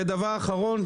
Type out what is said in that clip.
דבר אחרון,